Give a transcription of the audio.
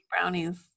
brownies